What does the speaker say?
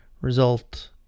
Result